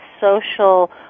social